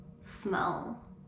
Smell